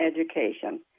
education